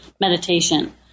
meditation